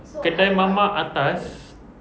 kedai mamak atas